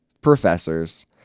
Professors